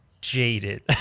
jaded